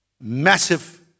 massive